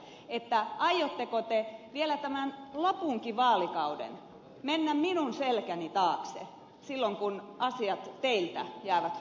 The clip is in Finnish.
hämmästelen todella aiotteko te vielä tämän lopunkin vaalikauden mennä minun selkäni taakse silloin kun asiat teiltä jäävät hoitamatta